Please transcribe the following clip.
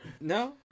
no